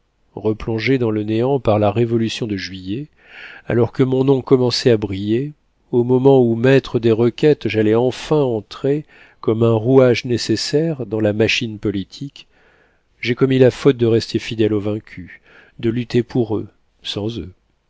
replongé dans le néant par la révolution de juillet alors que mon nom commençait à briller au moment où maître des requêtes j'allais enfin entrer comme un rouage nécessaire dans la machine politique j'ai commis la faute de rester fidèle aux vaincus de lutter pour eux sans eux